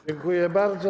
Dziękuję bardzo.